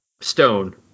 stone